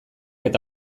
eta